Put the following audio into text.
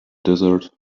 desert